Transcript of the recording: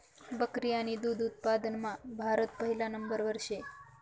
बकरी आणि दुध उत्पादनमा भारत पहिला नंबरवर शे